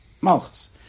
malchus